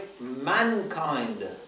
mankind